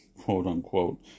quote-unquote